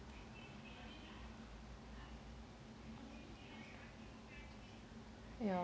ya